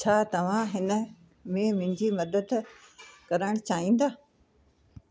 छा तव्हां हिन में मुंहिंजी मदद करणु चाहींदा